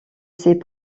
ses